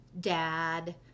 dad